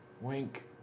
wink